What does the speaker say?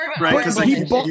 Right